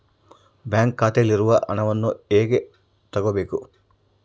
Bank ಖಾತೆಯಲ್ಲಿರುವ ಹಣವನ್ನು ಹೇಗೆ ತಗೋಬೇಕು?